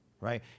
right